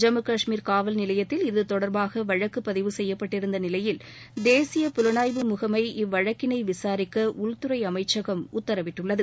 ஜம்மு கஷ்மீர் காவல் நிலையத்தில் இது தொடர்பாக வழக்கு பதிவு செய்யப்பட்டிருந்த நிலையில் தேசிய புலனாய்வு முகமை இவ்வழக்கினை விசாரிக்க உள்துறை அமைச்சகம் உத்தரவிட்டுள்ளது